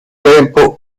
tempo